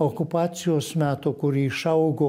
okupacijos metų kurie išaugo